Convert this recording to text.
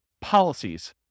policies